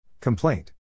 Complaint